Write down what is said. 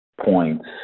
points